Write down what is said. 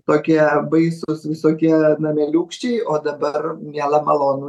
tokie baisūs visokie nameliukščiai o dabar miela malonu